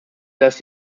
dass